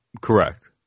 Correct